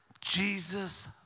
Jesus